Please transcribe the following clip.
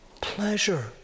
pleasure